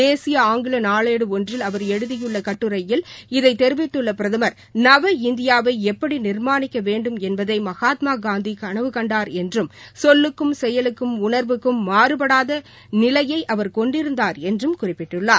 தேசிய ஆங்கில நாளேடு ஒன்றில் அவர் எழுதியுள்ள கட்டுரையில் இதைத் தெரிவித்துள்ள பிரதம் நவ இந்தியாவை எப்படி நிர்மாணிக்க வேண்டும் என்பதை மகாத்மா காந்தி கனவு கண்டார் என்றும் சொல்லுக்கும் செயலுக்கும் உணர்வுக்கும் மாறுபடாத நிலையை அவர் கொண்டிருந்தார் என்றும் குறிப்பிட்டுள்ளார்